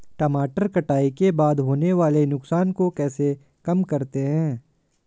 टमाटर कटाई के बाद होने वाले नुकसान को कैसे कम करते हैं?